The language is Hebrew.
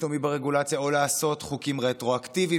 פתאומי ברגולציה או לעשות חוקים רטרואקטיביים